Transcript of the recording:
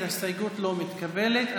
ההסתייגות לא מתקבלת.